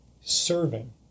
serving